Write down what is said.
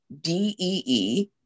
D-E-E